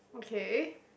okay